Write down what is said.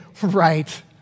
Right